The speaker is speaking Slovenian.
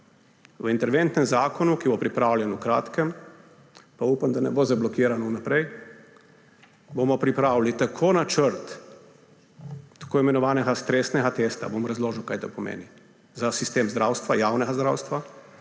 V interventnem zakonu, ki bo pripravljen v kratkem, pa upam, da ne bo zablokiran vnaprej, bomo pripravili načrt tako imenovanega stresnega testa – bom razložil, kaj to pomeni – za sistem zdravstva, javnega zdravstva.